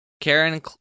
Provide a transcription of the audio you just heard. Karen